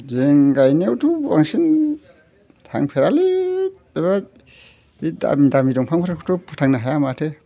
जों गायनायावथ' बांसिन टाइम थायालै बेराद बे दामि दामि बिफांफोरखौथ' फोथांनो हाया माथो